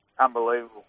Unbelievable